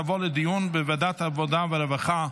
2024,